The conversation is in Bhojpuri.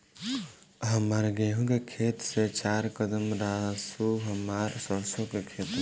हमार गेहू के खेत से चार कदम रासु हमार सरसों के खेत बा